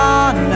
on